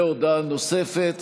הודעה נוספת